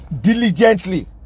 diligently